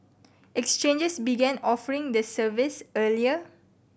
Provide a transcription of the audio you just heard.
exchanges began offering the service earlier